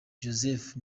joseph